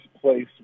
place